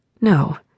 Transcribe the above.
No